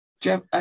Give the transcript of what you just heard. Jeff